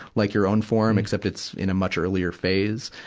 like your own forum, except it's in a much earlier phase.